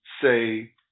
say